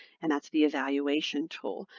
and that's the evaluation tool.